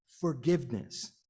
forgiveness